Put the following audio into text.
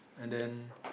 and then